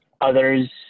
others